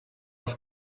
auf